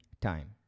time